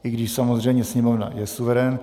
I když samozřejmě Sněmovna je suverén.